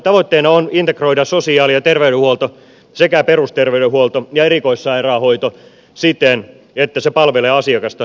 tavoitteena on integroida sosiaali ja terveydenhuolto sekä perusterveydenhuolto ja erikoissairaanhoito siten että se palvelee asiakasta nykyistä paremmin